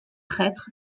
prêtre